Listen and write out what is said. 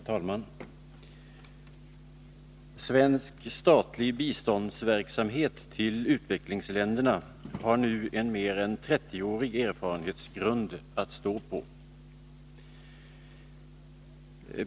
Herr talman! Svensk statlig biståndsverksamhet till utvecklingsländerna har nu en mer än trettioårig erfarenhetsgrund att stå på.